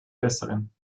besseren